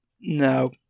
No